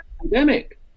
pandemic